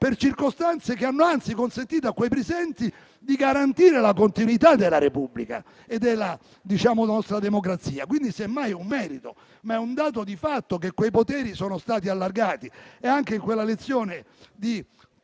per circostanze che hanno anzi consentito a quei Presidenti di garantire la continuità della Repubblica e della nostra democrazia. Semmai è un merito, ma è un dato di fatto che quei poteri si siano allargati. In quella lezione di